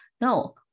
No